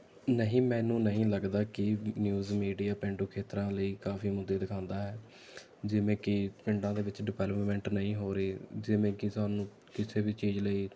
ਨਹੀਂ ਮੈਨੂੰ ਨਹੀਂ ਲੱਗਦਾ ਕਿ ਨਿਊਜ਼ ਮੀਡੀਆ ਪੇਂਡੂ ਖੇਤਰਾਂ ਲਈ ਕਾਫੀ ਮੁੱਦੇ ਦਿਖਾਉਂਦਾ ਹੈ ਜਿਵੇਂ ਕਿ ਪਿੰਡਾਂ ਦੇ ਵਿੱਚ ਡਿਵੈਲਪਮੈਂਟ ਨਹੀਂ ਹੋ ਰਹੀ ਜਿਵੇਂ ਕਿ ਸਾਨੂੰ ਕਿਸੇ ਵੀ ਚੀਜ਼ ਲਈ